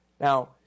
now